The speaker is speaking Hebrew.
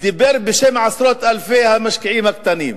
ודיבר בשם עשרות אלפי המשקיעים הקטנים.